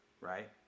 right